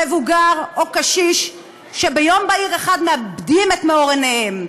מבוגר או קשיש שביום בהיר אחד מאבדים את מאור עיניהם.